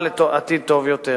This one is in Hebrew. עתיד טוב יותר